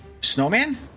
snowman